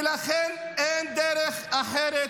ולכן אין דרך אחרת